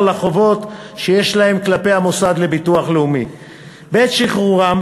לחובות שיש להם כלפי המוסד לביטוח לאומי בעת שחרורם,